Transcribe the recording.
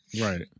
Right